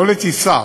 לא לטיסה,